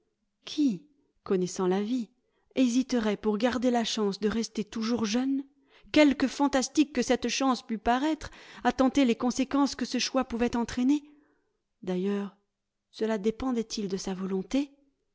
qui connaissant la vie hésiterait pour garder la chance de rester toujours jeune quelque fantastique que cette chance pût paraître à tenter les conséquences que ce choix pouvait entraîner d'ailleurs cela dépendait il de sa volonté